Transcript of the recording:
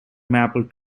maple